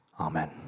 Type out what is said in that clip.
Amen